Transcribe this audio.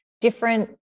different